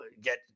get